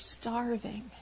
starving